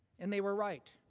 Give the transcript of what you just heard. and they were right,